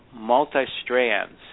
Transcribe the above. multi-strands